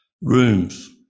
rooms